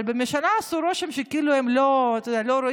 אבל בממשלה עשו רושם שכאילו הם לא רואים,